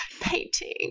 painting